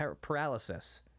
paralysis